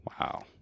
Wow